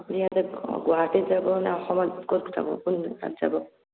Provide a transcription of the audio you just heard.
ইয়াত গুৱাহাটীত যাব নে অসমত ক'ত যাব কোন জেগাত যাব